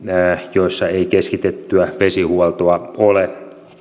joissa ei keskitettyä vesihuoltoa ole